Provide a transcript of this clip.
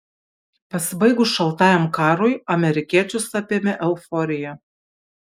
pasibaigus šaltajam karui amerikiečius apėmė euforija